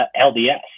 LDS